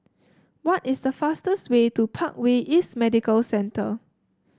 what is the fastest way to Parkway East Medical Centre